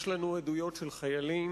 יש לנו עדויות של חיילים,